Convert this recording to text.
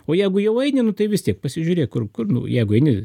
o jeigu jau eini nu tai vis tiek pasižiūrėk kur kur nu jeigu eini